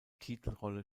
titelrolle